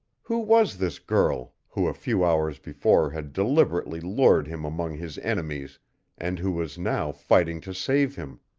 who was this girl who a few hours before had deliberately lured him among his enemies and who was now fighting to save him?